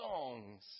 songs